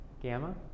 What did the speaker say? Gamma